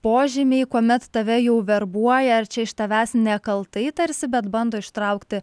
požymiai kuomet tave jau verbuoja ar čia iš tavęs nekaltai tarsi bet bando ištraukti